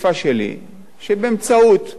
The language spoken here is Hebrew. שבאמצעות שירותי הרווחה,